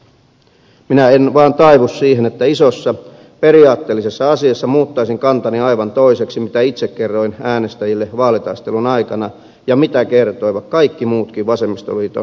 minä en vaan taivu siihen että isossa periaatteellisessa asiassa muuttaisin kantani aivan toiseksi kuin mitä itse kerroin äänestäjille vaalitaistelun aikana ja mitä kertoivat kaikki muutkin vasemmistoliiton eduskuntavaaliehdokkaat